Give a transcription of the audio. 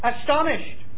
astonished